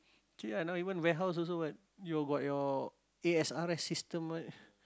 see ah now even warehouse also got you got your A_S_R_S system